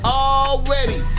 already